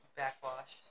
backwash